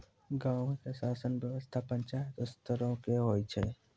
गांवो के शासन व्यवस्था पंचायत स्तरो के होय छै